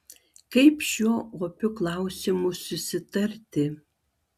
kaip šiuo opiu klausimu susitarti